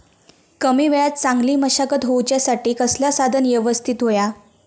कमी वेळात चांगली मशागत होऊच्यासाठी कसला साधन यवस्तित होया?